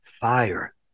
fire